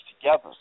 together